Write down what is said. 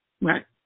Right